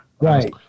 Right